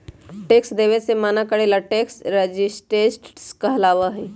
tax देवे से मना करे ला टैक्स रेजिस्टेंस कहलाबा हई